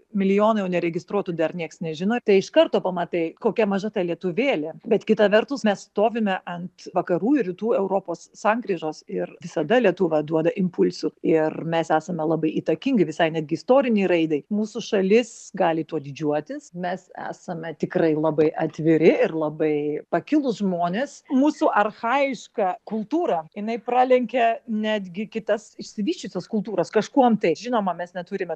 milijonai o neregistruotų dar niekas nežino tai iš karto pamatai kokia maža ta lietuvėlė bet kita vertus mes stovime ant vakarų ir rytų europos sankryžos ir visada lietuva duoda impulsų ir mes esame labai įtakingi visai netgi istorinei raidai mūsų šalis gali tuo didžiuotis mes esame tikrai labai atviri ir labai pakilūs žmonės mūsų archajiška kultūra jinai pralenkia netgi kitas išsivysčiusias kultūras kažkuom tai žinoma mes neturime